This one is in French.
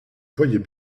voyais